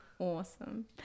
Awesome